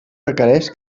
requereix